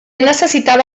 necessitava